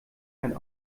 ein